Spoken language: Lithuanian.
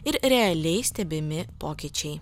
ir realiai stebimi pokyčiai